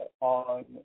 on